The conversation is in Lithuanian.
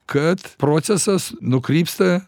kad procesas nukrypsta